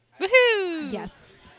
yes